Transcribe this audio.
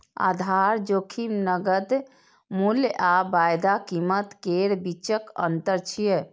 आधार जोखिम नकद मूल्य आ वायदा कीमत केर बीचक अंतर छियै